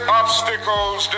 obstacles